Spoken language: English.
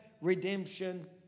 redemption